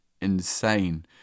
insane